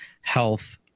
health